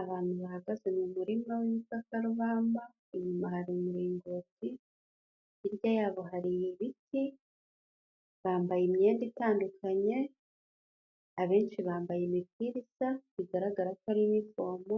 Abantu bahagaze mu murima w'igikakarubamba, inyuma hari umuringoti, hirya yabo hari ibiti, bambaye imyenda itandukanye, abenshi bambaye imipira isa bigaragara ko ari inifomu,